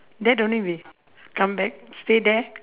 then only we come back stay there